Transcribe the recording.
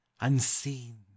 unseen